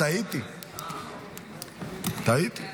טעיתי, טעיתי,